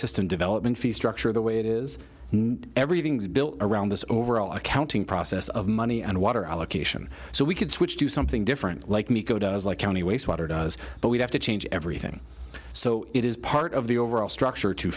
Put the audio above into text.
system development fee structure the way it is and everything's built around the overall accounting process of money and water allocation so we could switch to something different like an eco does like county waste water does but we have to change everything so it is part of the overall structure to